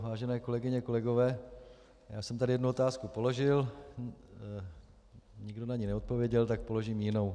Vážené kolegyně, kolegové, já jsem tady jednu otázku položil, nikdo na ni neodpověděl, tak položím jinou.